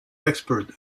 expert